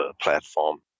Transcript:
platform